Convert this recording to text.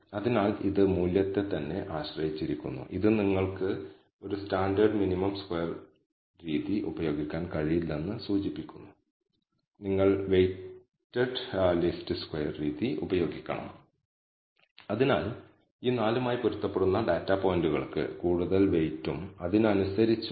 അതിനാൽ degrees of ഫ്രീഡംലെ ശരാശരി സം സ്ക്വയർ എററുകൾ അതാണ് നമ്മൾ പറയുന്നത് അതാണ് നിങ്ങളുടെ നോർമലൈസേഷൻ എസ്എസ്ആർ ഈ നോർമലൈസ് ചെയ്തത് ഈ അളവ് കൊണ്ട് ഹരിച്ചാൽ നമ്മൾക്ക് ഇത് ഒരു എഫ് സ്റ്റാറ്റിസ്റ്റിക് ആണെന്ന് ഔദ്യോഗികമായി കാണിക്കാം കാരണം ഇത് രണ്ട് സ്ക്വയർ അളവുകളുടെ അനുപാതമാണ്